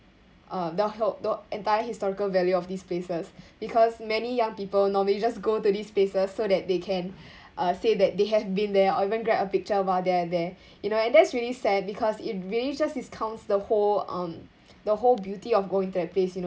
um the who~ the entire historical value of these places because many young people normally just go to these spaces so that they can uh say that they have been there and or even grab a picture about they're there you know and that's really sad because it really just discounts the whole um the whole beauty of going to that place you know